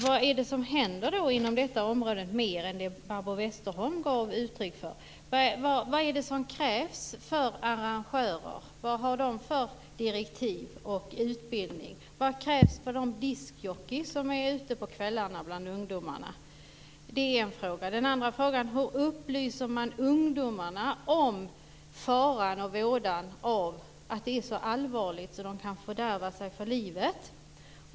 Vad händer på området mer än det Barbro Westerholm gav uttryck för? Vad är det som krävs för arrangörer? Vad har de för direktiv och utbildning? Vad krävs för de diskjockeyer som är ute på kvällarna bland ungdomarna? Hur upplyser man ungdomarna om faran och vådan av detta att de kan fördärva sig för livet?